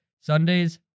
Sundays